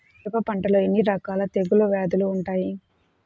మిరప పంటలో ఎన్ని రకాల తెగులు వ్యాధులు వుంటాయి?